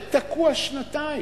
היה תקוע שנתיים.